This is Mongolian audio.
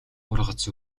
ургац